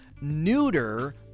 neuter